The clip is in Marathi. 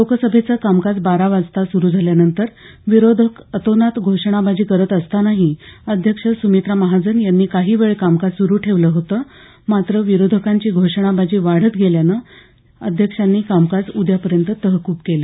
लोकसभेचं कामकाज बारावाजता सुरू झाल्यानंतर विरोधक अतोनात घोषणाबाजी करत असतानाही अध्यक्ष सुमित्रा महाजनयांनी काही वेळ कामकाज सुरू ठेवलं होतं मात्र गोंधळ फार जास्त वाढल्यानं शेवटी अध्यक्षांनी कामकाज उद्यापर्यंत तहकूब केलं